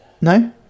No